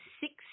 six